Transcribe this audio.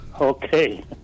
Okay